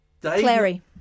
Clary